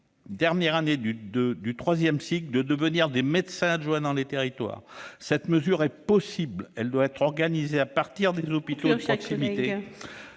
dernière année de troisième cycle de devenir médecins adjoints dans ces territoires. La mise en oeuvre de cette mesure est possible ; elle doit être organisée à partir des hôpitaux de proximité.